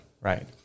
Right